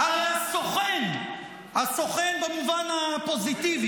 הסוכן במובן הפוזיטיבי,